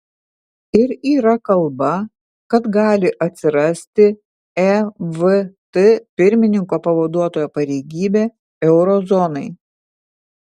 ir yra kalba kad gali atsirasti evt pirmininko pavaduotojo pareigybė euro zonai